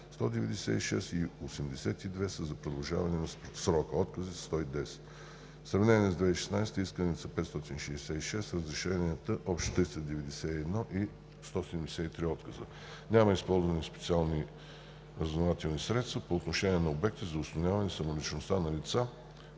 196 и 82 са за продължаване на срока. Отказите са 110. За сравнение, през 2016 г. исканията са 566, разрешенията са общо 391 и 173 са отказите. Няма използвани специални разузнавателни средства по отношение на обекти за установяване самоличността на лица